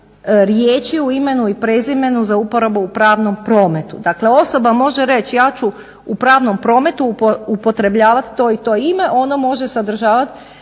riječi u imenu i prezimenu za uporabu u pravnom prometu. Dakle osoba može reći ja ću u pravnom prometu upotrebljavat to i to ime, ono može sadržavat